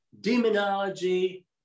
demonology